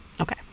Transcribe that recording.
okay